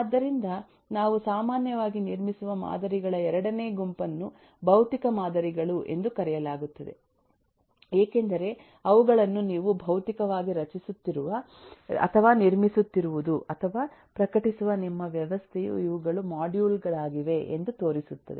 ಆದ್ದರಿಂದ ನಾವು ಸಾಮಾನ್ಯವಾಗಿ ನಿರ್ಮಿಸುವ ಮಾದರಿಗಳ ಎರಡನೇ ಗುಂಪನ್ನು ಭೌತಿಕ ಮಾದರಿಗಳು ಎಂದು ಕರೆಯಲಾಗುತ್ತದೆ ಏಕೆಂದರೆ ಅವುಗಳನ್ನು ನೀವು ಭೌತಿಕವಾಗಿ ರಚಿಸುತ್ತಿರುವ ಅಥವಾ ನಿರ್ಮಿಸುತ್ತಿರುವುದು ಅಥವಾ ಪ್ರಕಟಿಸುವ ನಿಮ್ಮ ವ್ಯವಸ್ಥೆಯು ಇವುಗಳು ಮಾಡ್ಯೂಲ್ ಗಳಾಗಿವೆ ಎಂದು ತೋರಿಸುತ್ತದೆ